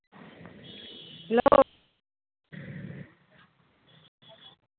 hello